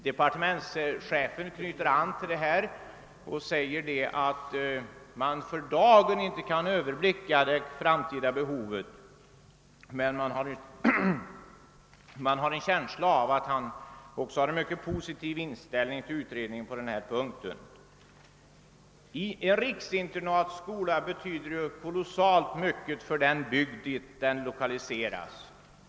Departementschefen knyter an till detta och säger att man för dagen inte kan överblicka det framtida behovet, men man har en känsla av att även han har en positiv inställning till en utredning på denna punkt. En riksinternatskola betyder oerhört mycket för den bygd dit den lokaliseras.